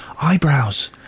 Eyebrows